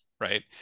right